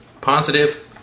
positive